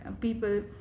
people